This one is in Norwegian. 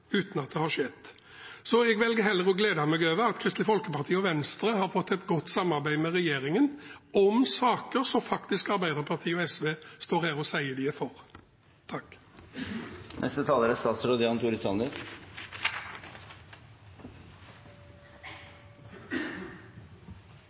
uten at det har skjedd. Jeg velger heller å glede meg over at Kristelig Folkeparti og Venstre har fått et godt samarbeid med regjeringen om saker som Arbeiderpartiet og SV står her og sier at de er for.